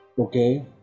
okay